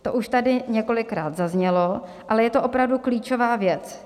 To už tady několikrát zaznělo, ale je to opravdu klíčová věc.